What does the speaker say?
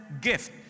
gift